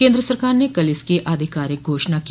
कन्द्र सरकार ने कल इसकी आधिकारिक घोषणा की